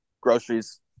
groceries